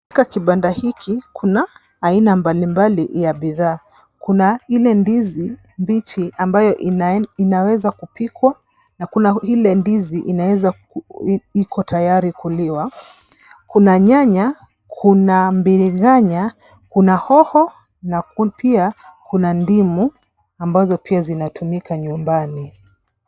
Katika kibanda hiki kuna aina mbalimbali ya bidhaa. Kuna ile ndizi mbichi ambayo inaweza kupikwa na kuna ile ndizi iko tayari kuliwa, kuna nyanya, kuna biringanya, kuna hoho na pia kuna ndimu ambazo pia zinatumika nyumbani.